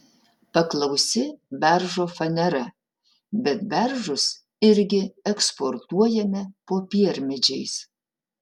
paklausi beržo fanera bet beržus irgi eksportuojame popiermedžiais